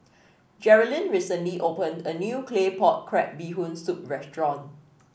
Jerrilyn recently opened a new Claypot Crab Bee Hoon Soup restaurant